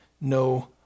no